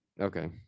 Okay